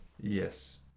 yes